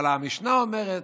המשנה אומרת: